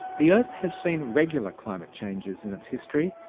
the earth has seen regular climate changes in its history,